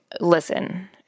listen